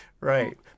right